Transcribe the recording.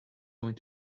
going